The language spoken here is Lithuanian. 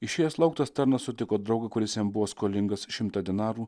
išėjęs lauk tas tarnas sutiko draugą kuris jam buvo skolingas šimtą denarų